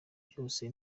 byose